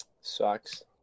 sucks